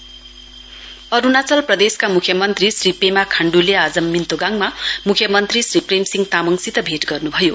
अरुणाचल प्रदेश सिएमे अरुणाचल प्रदेशका मुख्यमन्त्री श्री पेमा खाण्डुले आज मिन्तोगाङमा मुख्यमन्त्री श्री प्रेमसिंह तामाङसित भेट गर्नुभयो